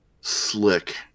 slick